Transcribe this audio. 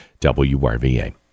WRVA